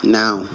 now